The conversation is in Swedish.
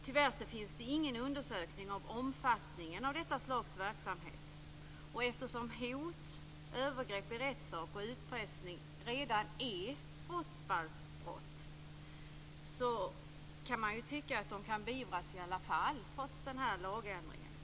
Tyvärr finns det ingen undersökning av omfattningen av detta slags verksamhet, och eftersom hot, övergrepp i rättssak och utpressning redan är brottsbalksbrott kan man ju tycka att de kan beivras i alla fall, trots den här lagändringen.